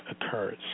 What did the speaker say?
occurs